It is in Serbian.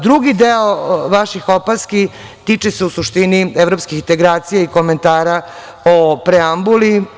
Drugi deo vaših opaski tiče se u suštini evropskih integracija i komentara o preambuli.